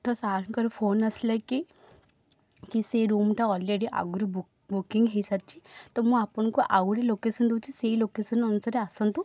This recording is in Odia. ତ ସାର୍ଙ୍କର ଫୋନ୍ ଆସିଲା କି କି ସେ ରୁମ୍ଟା ଅଲ୍ରେଡ଼ି ଆଗରୁ ବୁକ୍ ବୁକିଙ୍ଗ୍ ହେଇସାରିଛି ତ ମୁଁ ଆପଣଙ୍କୁ ଆଉ ଗୋଟେ ଲୋକେଶନ୍ ଦେଉଛି ସେଇ ଲୋକେଶନ୍ ଅନୁସାରେ ଆସନ୍ତୁ